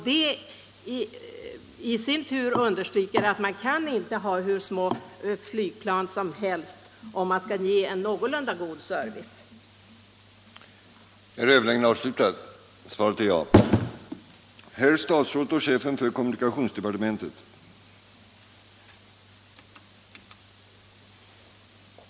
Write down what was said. Detta understryker i sin tur att man inte kan ha hur små flygplan som helst om man skall ge en någorlunda tillfredsställande service.